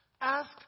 Ask